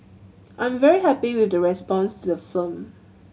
I'm very happy with the response to the firm